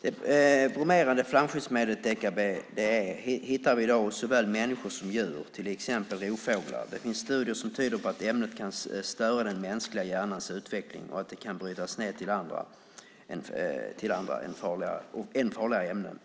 Det bromerade flamskyddsmedlet deka-BDE hittar vi i dag hos såväl människor som djur. Det finns till exempel i rovfåglar. Det finns studier som tyder på att ämnet kan störa den mänskliga hjärnans utveckling och på att det kan brytas ned till ännu farligare ämnen.